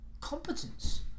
competence